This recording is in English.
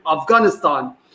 Afghanistan